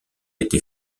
été